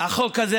החוק הזה,